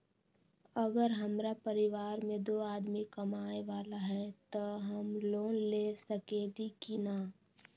अगर हमरा परिवार में दो आदमी कमाये वाला है त हम लोन ले सकेली की न?